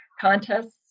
contests